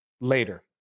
later